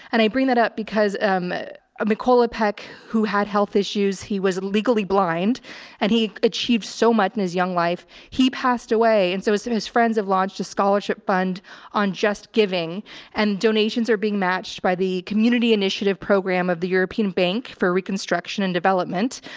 and i bring that up because um macola pekh who had health issues. he was legally blind and he achieved so much in his young life. he passed away. and so as his friends have launched a scholarship fund on just giving and donations are being matched by the community initiative program of the european bank for reconstruction and development.